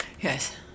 Yes